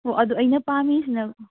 ꯑꯣ ꯑꯗꯨ ꯑꯩꯅ ꯄꯥꯝꯃꯤꯁꯤꯅ